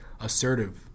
assertive